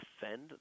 defend